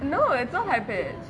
no it's not high-pitched